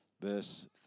verse